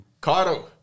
Cardo